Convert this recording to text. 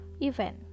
event